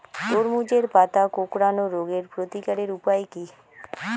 তরমুজের পাতা কোঁকড়ানো রোগের প্রতিকারের উপায় কী?